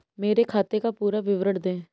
मेरे खाते का पुरा विवरण दे?